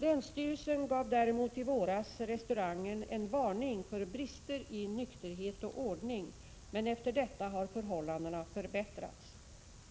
Länsstyrelsen gav däremot i våras restaurangen en varning för brister i nykterhet och ordning, och efter detta har förhållandena förbättrats.